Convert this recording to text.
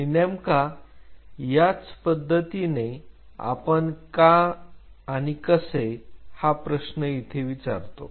आणि नेमका याच पद्धतीने आपण का आणि कसे हा प्रश्न इथे विचारतो